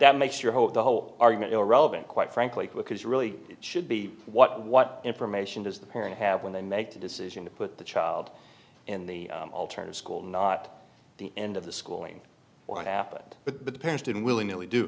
that makes your whole the whole argument irrelevant quite frankly because really it should be what what information does the parent have when they make the decision to put the child in the alternative school not the end of the school and what happened but the parents didn't willingly do